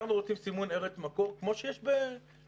אנחנו רוצים סימון ארץ מקור כמו שיש במוצרים